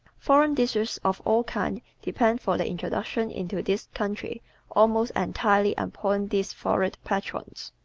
foreign dishes of all kinds depend for their introduction into this country almost entirely upon these florid patrons.